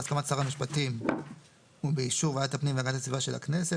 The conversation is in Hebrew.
בהסכמת שר המשפטים ובאישור ועדת הפנים והגנת הסביבה של הכנסת,